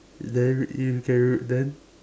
then you can re~ then